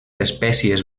espècies